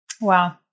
Wow